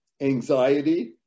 anxiety